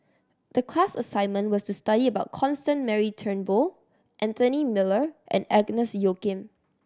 the class assignment was to study about Constance Mary Turnbull Anthony Miller and Agnes Joaquim